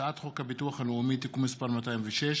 הצעת חוק הביטוח הלאומי (תיקון מס' 206)